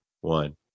One